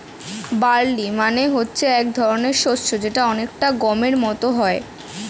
barley মানে হচ্ছে এক ধরনের শস্য যেটা অনেকটা গমের মত হয়